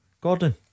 Gordon